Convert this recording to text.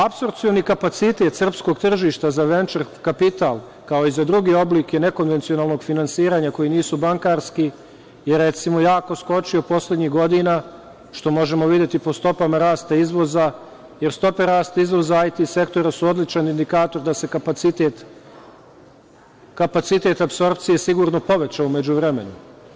Apsorcioni kapacitet srpskog tržišta za venčer kapital, kao i za druge oblike nekonvencionalnog finansiranja koji nisu bankarski je recimo jako skočio poslednjih godina, što možemo videti po stopama rasta izvoza, jer stope rasta izvoz za IT sektor su odličan indikator da se kapacitet apsorpcije sigurno povećao u međuvremenu.